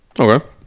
Okay